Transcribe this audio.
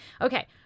Okay